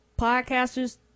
podcasters